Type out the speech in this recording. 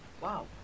Wow